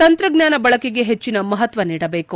ತಂತ್ರಜ್ಞಾನ ಬಳಕೆಗೆ ಹೆಚ್ಚನ ಮಹತ್ವ ನೀಡಬೇಕು